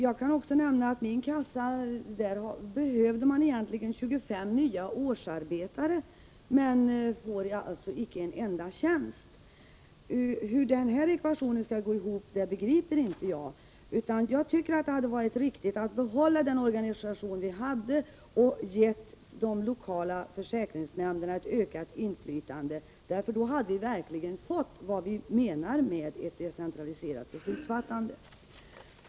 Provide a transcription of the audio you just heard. Jag kan också nämna att min kassa egentligen behöver 25 nya årsarbetare men alltså icke får en enda tjänst. Hur den ekvationen skall gå ihop begriper inte jag. Jag tycker det hade varit riktigt att behålla den organisation vi har och ge de lokala försäkringsnämnderna ett ökat inflytande, för då hade vi verkligen fått vad vi menar med ett decentraliserat beslutsfattande.